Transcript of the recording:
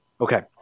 Okay